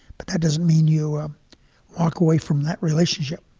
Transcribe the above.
but that doesn't mean you ah walk away from that relationship